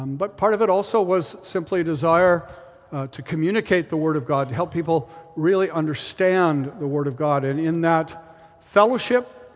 um but part of it also was simply a desire to communicate the word of god, to help people really understand the word of god. and in that fellowship,